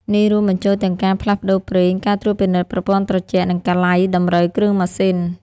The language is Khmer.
នេះរួមបញ្ចូលទាំងការផ្លាស់ប្តូរប្រេង ការត្រួតពិនិត្យប្រព័ន្ធត្រជាក់ និងការលៃតម្រូវគ្រឿងម៉ាស៊ីន។